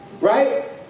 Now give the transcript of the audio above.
Right